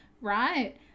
right